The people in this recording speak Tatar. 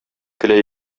көлә